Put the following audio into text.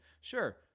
Sure